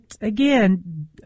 again